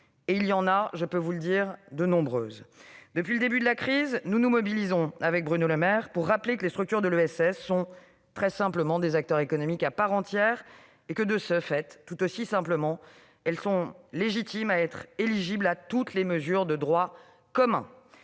puis vous assurer que c'est le cas très souvent. Depuis le début de la crise, je me mobilise, avec Bruno Le Maire, pour rappeler que les structures de l'ESS sont très simplement des acteurs économiques à part entière, et que, de ce fait, tout aussi simplement, elles sont légitimes à être éligibles à toutes les mesures de droit commun.